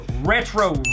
Retro